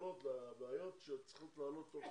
אבל צריך פתרונות לבעיות שצריכות לעלות תוך